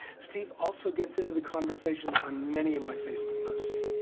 steve also gets into the conversation on many of my facebook posts.